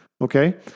okay